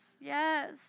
yes